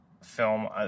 film